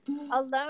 alone